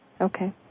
Okay